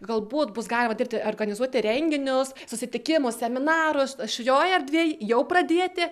galbūt bus galima dirbti organizuoti renginius susitikimus seminarus šioj erdvėj jau pradėti